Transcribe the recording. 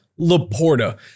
Laporta